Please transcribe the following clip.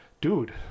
dude